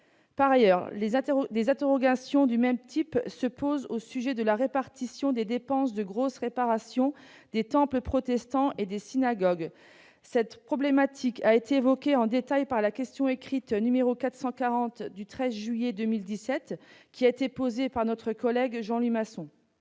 Par ailleurs, des interrogations du même type se posent au sujet de la répartition des dépenses de grosse réparation des temples protestants et des synagogues. Cette problématique a été évoquée en détail dans la question écrite n° 440 du 13 juillet 2017, posée par mon collègue Jean Louis Masson.